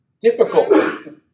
difficult